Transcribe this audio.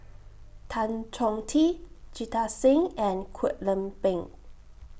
Tan Chong Tee Jita Singh and Kwek Leng Beng